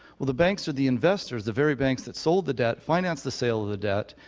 well, the banks or the investors, the very banks that sold the debt, finance the sale of the debt,